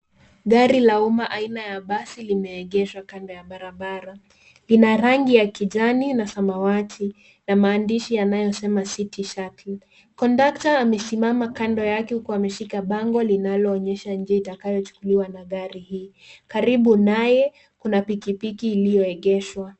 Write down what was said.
Gari la umma aina ya basi limeegeshwa kando ya barabara lina rangi ya kijani na samawati na maandishi yanayosema city shuttle kondakta amesimama kando yake huku ameshika bango linaloonyesha njia itakayochukuliwa na gari hii karibu naye kuna pikipiki ilioegeshwa.